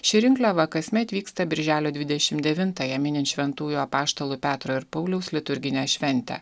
ši rinkliava kasmet vyksta birželio dvidešimt devintąją minint šventųjų apaštalų petro ir pauliaus liturginę šventę